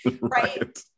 Right